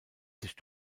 sich